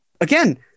again